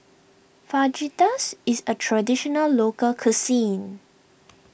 Fajitas is a Traditional Local Cuisine